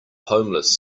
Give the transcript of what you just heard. homeless